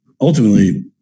Ultimately